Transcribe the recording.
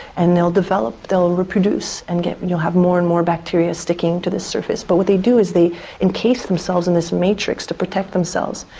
and they will develop, they will and reproduce, and and you'll have more and more bacteria sticking to the surface. but what they do is they encase themselves in this matrix to protect themselves.